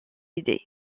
idées